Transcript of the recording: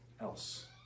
else